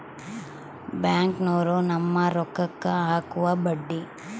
ಬ್ಯಾಂಕ್ನೋರು ನಮ್ಮ್ ರೋಕಾಕ್ಕ ಅಕುವ ಬಡ್ಡಿ